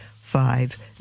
five